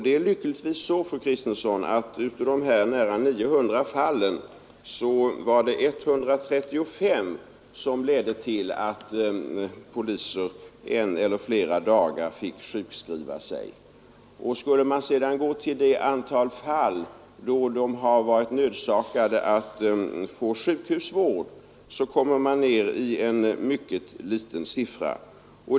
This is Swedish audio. Det är lyckligtvis så, fru Kristensson, att det av de här nära 900 fallen var 135 som ledde till att poliser under en eller flera dagar fick sjukskriva sig. Skulle man sedan gå till det antal som varit nödsakade att få sjukhusvård kommer man ned i en mycket liten siffra.